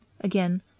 Again